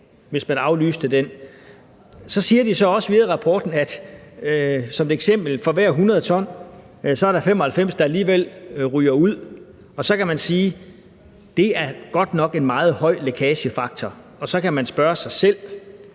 hvis man aflyste den. Så siger de også videre i rapporten som et eksempel, at for hver 100 t, er der 95 t, der alligevel ryger ud. Så kan man sige, at det godt nok er en meget høj lækagefaktor, og så kan man spørge sig selv,